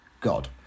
God